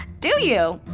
do you?